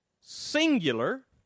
singular